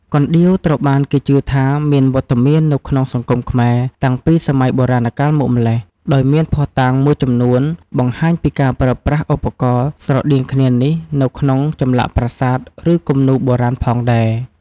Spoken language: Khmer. កណ្ដៀវត្រូវបានគេជឿថាមានវត្តមាននៅក្នុងសង្គមខ្មែរតាំងពីសម័យបុរាណកាលមកម្ល៉េះ ដោយមានភស្តុតាងមួយចំនួនបង្ហាញពីការប្រើប្រាស់ឧបករណ៍ស្រដៀងគ្នានេះនៅក្នុងចម្លាក់ប្រាសាទ ឬគំនូរបុរាណផងដែរ។